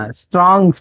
strong